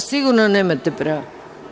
To sigurno nemate pravo.